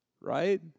right